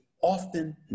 often